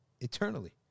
eternally